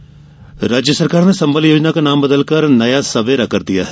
नया सवेरा राज्य सरकार ने संबल योजना का नाम बदलकर नया सवेरा कर दिया है